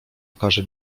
okaże